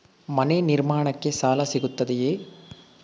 ಮನೆ ನಿರ್ಮಾಣಕ್ಕೆ ಸಾಲ ಸಿಗುತ್ತದೆಯೇ?